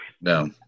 No